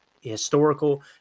historical